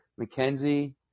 McKenzie